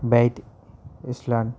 Bet island